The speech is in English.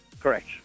Correct